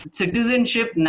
citizenship